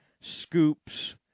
Scoops